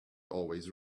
always